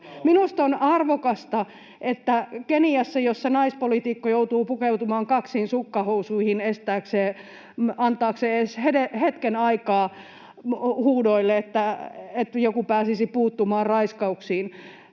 sellaisessa maassa kuin Keniassa, jossa naispoliitikko joutuu pukeutumaan kaksiin sukkahousuihin antaakseen edes hetken aikaa huudoille, että joku pääsisi puuttumaan raiskauksiin,